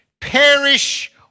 perish